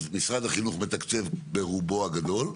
משרד החינוך מתקצב ברובו הגדול.